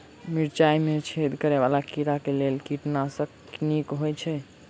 मिर्चाय मे छेद करै वला कीड़ा कऽ लेल केँ कीटनाशक नीक होइ छै?